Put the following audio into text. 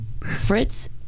Fritz